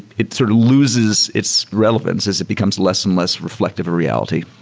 it sort of loses its relevance as it becomes less and less reflective in reality.